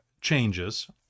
changes